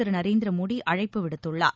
திரு நரேந்திர மோடி அழைப்பு விடுத்துள்ளார்